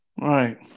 Right